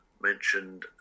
mentioned